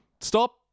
stop